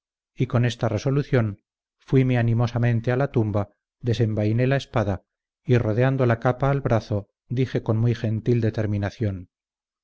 y con esta resolución fuime animosamente a la tumba desenvainé la espada y rodeando la capa al brazo dije con muy gentil determinación